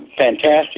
fantastic